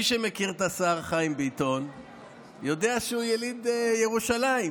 מי שמכיר את השר חיים ביטון יודע שהוא יליד ירושלים.